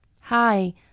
Hi